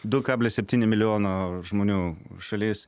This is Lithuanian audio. du kablis septyni milijono žmonių šalis